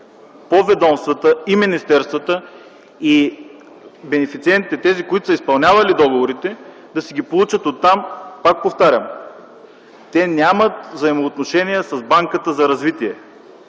по ведомствата и министерствата и бенефициентите – тези, които са изпълнявали договорите, да си ги получат оттам. Пак повтарям, те нямат взаимоотношения с Банката за развитие.